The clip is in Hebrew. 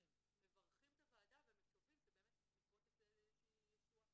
מברכים את הוועדה ומקווים שבאמת מפה תצא איזושהי ישועה.